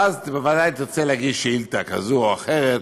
ואז בוודאי תרצה להגיש שאילתה כזו או אחרת,